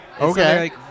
Okay